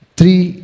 Three